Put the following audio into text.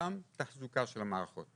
גם תחזוקה של מערכות.